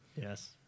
Yes